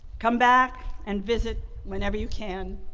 come back and visit whenever you can,